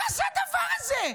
מה זה הדבר הזה?